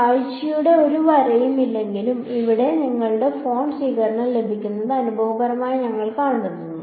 കാഴ്ചയുടെ ഒരു വരയും ഇല്ലെങ്കിലും ഇവിടെ ഞങ്ങളുടെ ഫോണിൽ സ്വീകരണം ലഭിക്കുമെന്ന് അനുഭവപരമായി ഞങ്ങൾ കണ്ടെത്തുന്നു